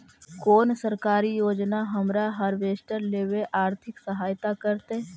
कोन सरकारी योजना हमरा हार्वेस्टर लेवे आर्थिक सहायता करतै?